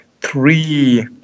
three